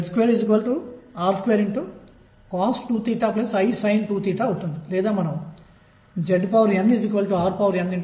కాబట్టి నేను దీన్ని సులభంగా 2 A A pdx కు సమానంగా వ్రాయగలను అది చర్య అవుతుంది